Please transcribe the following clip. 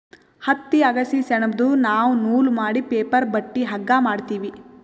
ಹತ್ತಿ ಅಗಸಿ ಸೆಣಬ್ದು ನಾವ್ ನೂಲ್ ಮಾಡಿ ಪೇಪರ್ ಬಟ್ಟಿ ಹಗ್ಗಾ ಮಾಡ್ತೀವಿ